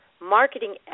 marketing